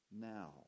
now